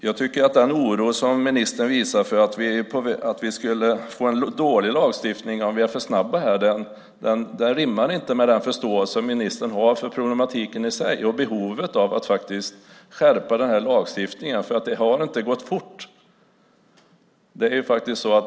Jag tycker att den oro som ministern visar för att vi skulle få en dålig lagstiftning om vi är för snabba inte rimmar med den förståelse som ministern har för problematiken i sig och behovet av att faktiskt skärpa lagstiftningen. Det har inte gått fort.